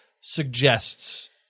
suggests